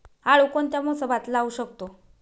आळू कोणत्या मोसमात लावू शकतो?